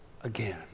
again